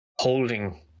holding